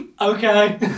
Okay